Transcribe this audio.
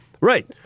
right